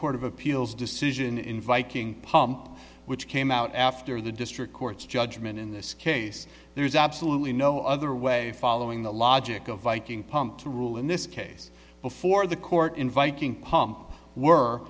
court of appeals decision in viking pump which came out after the district court's judgment in this case there is absolutely no other way following the logic of viking pump to rule in this case before the court inviting pump were